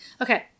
Okay